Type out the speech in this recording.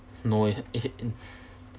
no you